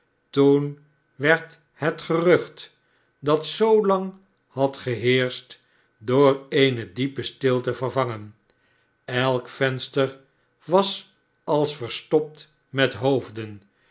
toen werd het gerucht dat zoolang had geheerscht door eene diepe stilte vervangen elk venster was als verstopt met hoofden